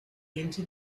into